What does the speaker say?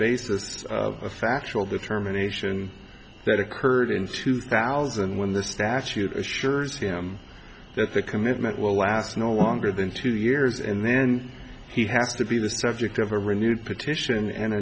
basis of a factual determination that occurred in two thousand when the statute assures him that the commitment will last no longer than two years and then he has to be the subject of a renewed petition and